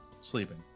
Sleeping